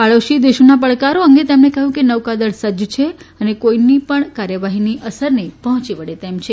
પડોશી દેશોના પડકારો અંગે તેમણે કહ્યું કે નૌકાદળ સજ્જ છે અને કોઇની પણ કાર્યવાહીની અસરને પહોંચી વળે તેમ છે